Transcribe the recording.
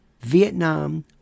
Vietnam